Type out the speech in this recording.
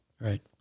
Right